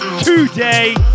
Today